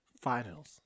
finals